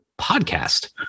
podcast